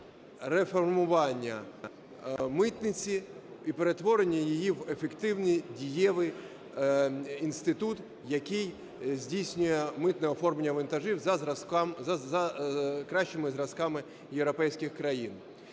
реформування митниці і перетворення її в ефективний дієвий інститут, який здійснює митне оформлення вантажів за кращими зразками європейських країн.